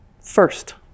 first